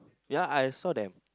ya I saw them